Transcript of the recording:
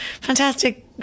Fantastic